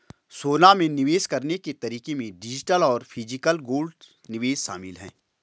सोना में निवेश करने के तरीके में डिजिटल और फिजिकल गोल्ड निवेश शामिल है